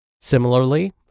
Similarly